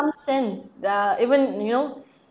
sense uh even you know